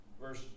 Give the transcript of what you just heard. verse